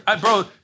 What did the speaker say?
Bro